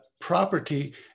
property